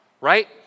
right